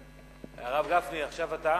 הרב גפני, עכשיו אתה.